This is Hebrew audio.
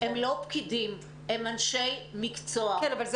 הם לא פקידים, הם אנשי מקצוע.